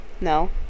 no